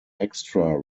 extra